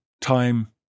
time